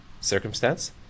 circumstance